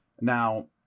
Now